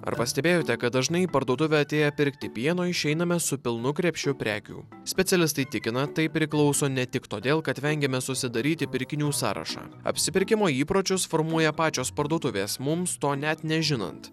ar pastebėjote kad dažnai į parduotuvę atėję pirkti pieno išeiname su pilnu krepšiu prekių specialistai tikina tai priklauso ne tik todėl kad vengiame susidaryti pirkinių sąrašą apsipirkimo įpročius formuoja pačios parduotuvės mums to net nežinant